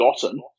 forgotten